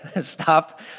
stop